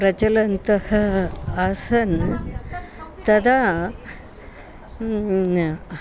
प्रचलन्तः आसन् तदा